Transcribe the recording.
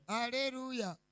Hallelujah